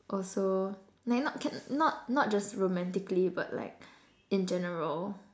also like not can not not just romantically but like in general